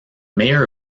mayor